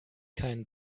keinen